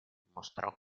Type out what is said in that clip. mostrò